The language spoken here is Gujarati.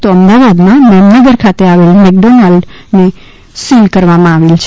તો અમદવાદમાં મેમનગર ખાતે આવેલ મેકડોનાલ્ડ સીલ કરવામાં આવેલ છે